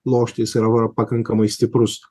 lošti jisai yra pakankamai stiprus